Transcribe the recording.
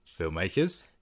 filmmakers